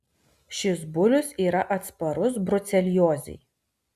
šis bulius yra atsparus bruceliozei